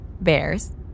bears